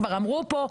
כבר אמרו פה,